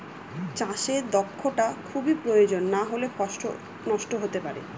চাষে দক্ষটা খুবই প্রয়োজন নাহলে ফসল নষ্ট হতে পারে